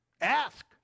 Ask